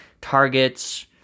targets